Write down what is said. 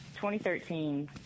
2013